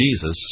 Jesus